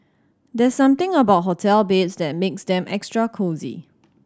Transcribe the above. there's something about hotel beds that makes them extra cosy